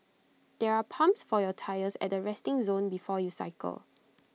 there are pumps for your tyres at the resting zone before you cycle